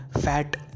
fat